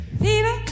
Fever